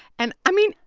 and, i mean,